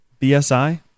BSI